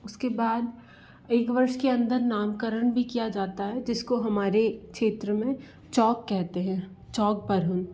उसके बाद एक वर्ष के अंदर नामकरण भी किया जाता है जिसको हमारे क्षेत्र में चौक कहते हैं चौक परहुन